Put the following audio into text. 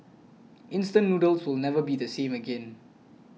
instant noodles will never be the same again